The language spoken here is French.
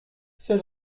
c’est